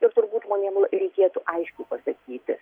ir turbūt žmonėm reikėtų aiškiai pasakyti